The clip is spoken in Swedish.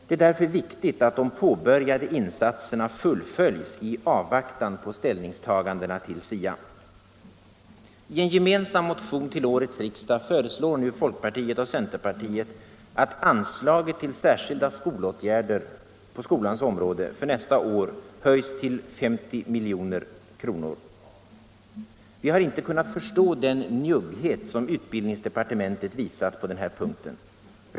Det är därför viktigt att de påbörjade insatserna fullföljs i avvaktan på ställningstagandena till SIA. I en gemensam motion till årets riksdag föreslår folkpartiet och centerpartiet att anslaget till särskilda stödåtgärder på skolans område för nästa år höjs till 50 milj.kr. Vi har inte kunnat förstå den njugghet som utbildningsdepartementet visat på den här punkten.